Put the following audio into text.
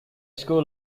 school